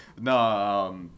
No